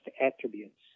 attributes